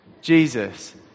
Jesus